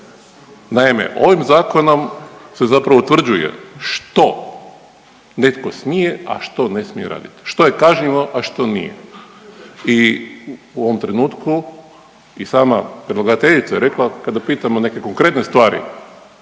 Naime, ovim zakonom se zapravo utvrđuje što netko smije, a što ne smije raditi. Što je kažnjivo, a što nije. I u ovom trenutku i sama predlagateljica je rekla kada pitamo neke konkretne stvari,